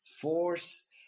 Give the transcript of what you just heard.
force